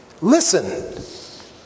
Listen